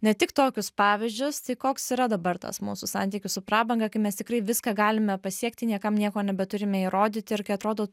ne tik tokius pavyzdžius tai koks yra dabar tas mūsų santykis su prabanga kai mes tikrai viską galime pasiekti niekam nieko neturime įrodyti ir kai atrodo